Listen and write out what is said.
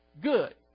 Good